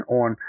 on